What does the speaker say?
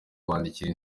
kwandikira